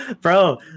bro